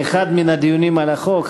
באחד מן הדיונים על החוק,